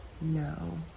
No